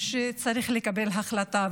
צריך לקבל החלטה.